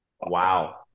Wow